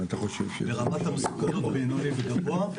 ורמת המסוכנות בינונית גם פה.